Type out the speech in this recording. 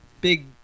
big